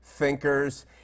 Thinkers